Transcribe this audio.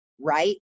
right